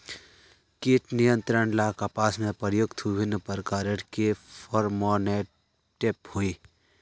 कीट नियंत्रण ला कपास में प्रयुक्त विभिन्न प्रकार के फेरोमोनटैप होई?